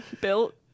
built